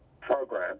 program